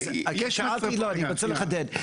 אני רוצה לחדד,